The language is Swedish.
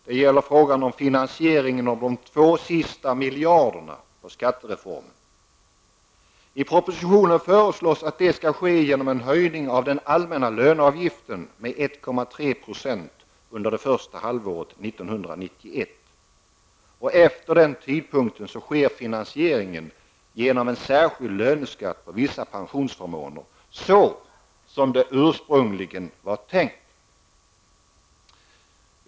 Det gäller då frågan om finansieringen av de sista 2 miljarderna i skattereformen. I propositionen föreslås att detta skall ske genom en höjning av den allmänna löneavgiften med 1,3 % under första halvåret 1991. Efter denna tidpunkt sker finansieringen genom en särskild löneskatt på vissa pensionsförmåner -- som det ursprungligen var tänkt.